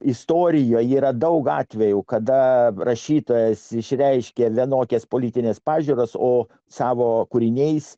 istorijoje yra daug atvejų kada rašytojas išreiškia vienokias politines pažiūras o savo kūriniais